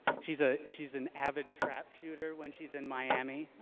she's ah she's an avid trap shooter when she's in miami.